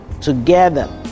together